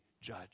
judge